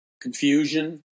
confusion